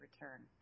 return